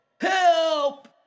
Help